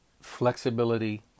flexibility